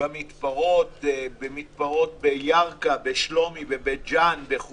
במתפרות בירכא, בשלומי, בבית ג'אן, בחורפש,